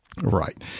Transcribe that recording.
Right